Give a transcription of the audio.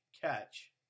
catch